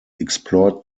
explored